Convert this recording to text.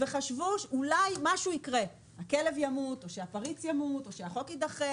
חשבו שאולי משהו יקרה הכלב ימות או שהפריץ ימות או שהחוק יידחה